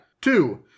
Two